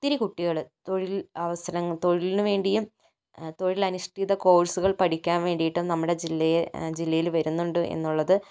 ഒത്തിരി കുട്ടികൾ തൊഴിൽ അവസരങ്ങൾ തൊഴിലിനു വേണ്ടിയും തൊഴിൽ അനുഷ്ഠിത കോഴ്സുകൾ പഠിക്കാൻ വേണ്ടിയിട്ടും നമ്മുടെ ജില്ലയെ ജില്ലയിൽ വരുന്നുണ്ട് എന്നുള്ളത്